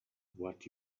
what